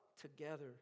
together